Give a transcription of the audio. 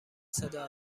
صدا